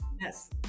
Yes